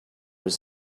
was